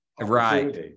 right